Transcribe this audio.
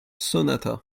sonata